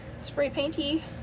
spray-painty